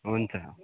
हुन्छ